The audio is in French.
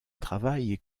travail